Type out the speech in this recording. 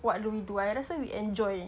what do we do I rasa we enjoy